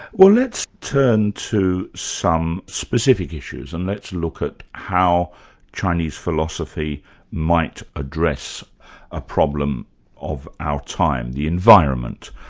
well, let's turn to some specific issues, and let's look at how chinese philosophy might address a problem of our time, the environment,